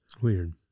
Weird